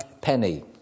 penny